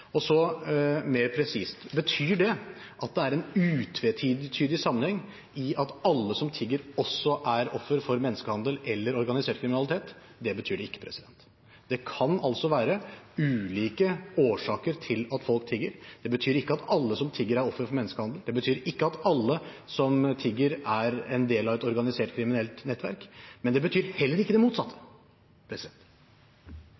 Så mer presist: Betyr det at det er en utvetydig sammenheng, at alle som tigger, også er ofre for menneskehandel eller organisert kriminalitet? Det betyr det ikke. Det kan altså være ulike årsaker til at folk tigger. Det betyr ikke at alle som tigger, er ofre for menneskehandel, det betyr ikke at alle som tigger, er en del av et organisert kriminelt nettverk, men det betyr heller ikke det motsatte.